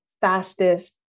fastest